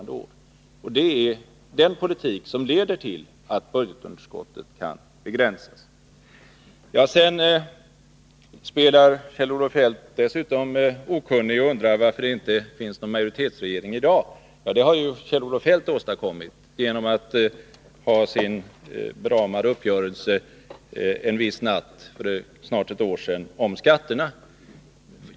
Det är den moderata politiken som leder till att budgetunderskottet kan begränsas. Kjell-Olof Feldt spelar okunnig och undrar varför det inte finns en borgerlig majoritetsregering i dag. Det har Kjell-Olof Feldt åstadkommit genom sin uppgörelse om skatterna en viss natt för snart ett år sedan.